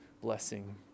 blessing